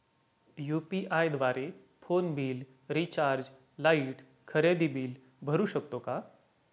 UPI द्वारे phone bill, recharge, light, खरेदी bill भरू शकतो का?